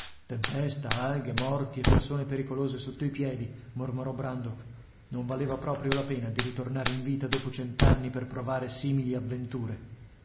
tempesta alghe morti e persone pericolose sotto i piedi mormorò brandok non valeva proprio la pena di ritornare in vita dopo cent'anni per provare simili avventure